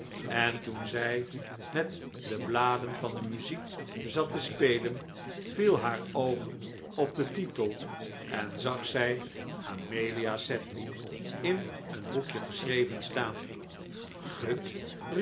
en toen zij met de bladen van de muziek zat te spelen viel haar oog op den titel en zag zij amelia sedley in een hoekje geschreven staan gut